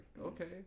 okay